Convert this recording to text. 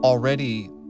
Already